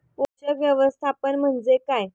पोषक व्यवस्थापन म्हणजे काय?